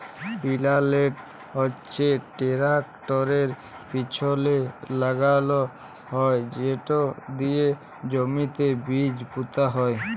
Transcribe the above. পিলান্টের হচ্যে টেরাকটরের পিছলে লাগাল হয় সেট দিয়ে জমিতে বীজ পুঁতা হয়